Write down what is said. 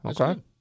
Okay